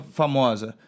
famosa